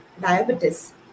diabetes